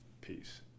Peace